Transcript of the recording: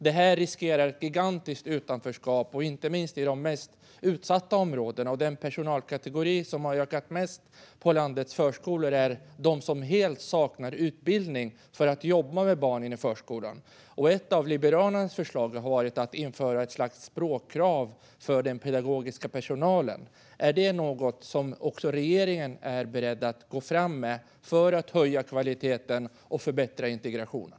Detta riskerar att leda till ett gigantiskt utanförskap inte minst i de mest utsatta områdena, och den personalkategori som har ökat mest i landets förskolor är de som helt saknar utbildning för att jobba med barn i förskolan. Ett av Liberalernas förslag har varit att införa ett slags språkkrav för den pedagogiska personalen. Är det något som också regeringen är beredd att gå fram med för att höja kvaliteten och förbättra integrationen?